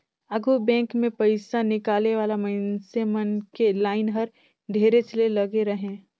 आघु बेंक मे पइसा निकाले वाला मइनसे मन के लाइन हर ढेरेच के लगे रहें